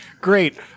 Great